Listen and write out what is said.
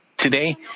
Today